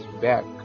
back